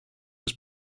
was